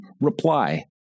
reply